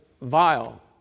vile